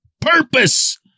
purpose